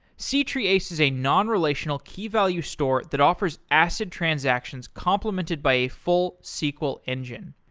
c-treeace is a non-relational key-value store that offers acid transactions complemented by a full sql engine.